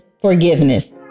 forgiveness